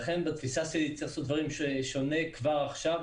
לכן בתפיסה שלי צריכים לעשות דברים שונה כבר עכשיו.